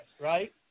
right